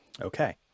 Okay